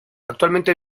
actualmente